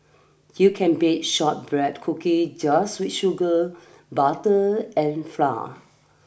you can bake shortbread cookie just with sugar butter and flour